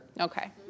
Okay